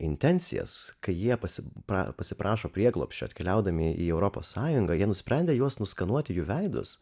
intencijas kai jie pasiprašė pasiprašo prieglobsčio atkeliaudami į europos sąjungą jie nusprendė juos nuskenuoti jų veidus